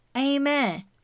Amen